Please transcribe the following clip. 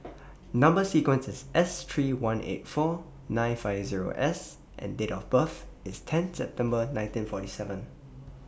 Number sequence IS S three one eight four nine five Zero S and Date of birth IS ten September nineteen forty seven